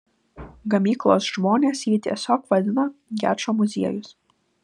gamyklos žmonės jį tiesiog vadina gečo muziejus